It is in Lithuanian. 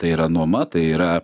tai yra nuoma tai yra